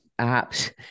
apps